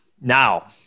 Now